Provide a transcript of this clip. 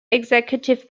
executive